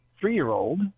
three-year-old